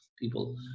people